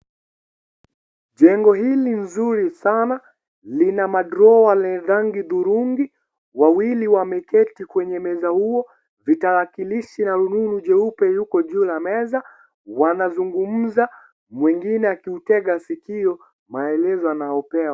Jengo hili nzuri sana lina ma drawer ya rangi hudhurungi. Wawili wameketi kwenye meza huo. Ni tarakilishi na kitu jeupe iko juu ya meza. Wanazungumza mwingine wakuitega sikio maelezo anayopewa.